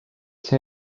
see